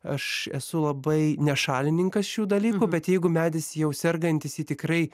aš esu labai ne šalininkas šių dalykų bet jeigu medis jau sergantis jį tikrai